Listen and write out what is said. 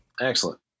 Excellent